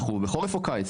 אנחנו בחורף או קיץ?